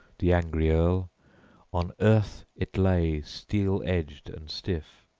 the angry earl on earth it lay steel-edged and stiff.